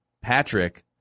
Patrick